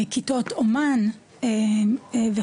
כיתות אומן וכו'.